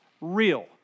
real